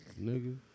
Nigga